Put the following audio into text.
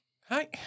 hi